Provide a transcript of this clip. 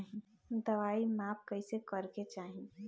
दवाई माप कैसे करेके चाही?